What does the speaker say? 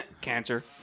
Cancer